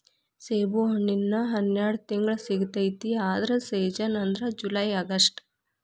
ಸೇಬುಹಣ್ಣಿನ ಹನ್ಯಾಡ ತಿಂಗ್ಳು ಸಿಗತೈತಿ ಆದ್ರ ಸೇಜನ್ ಅಂದ್ರ ಜುಲೈ ಅಗಸ್ಟ